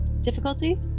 Difficulty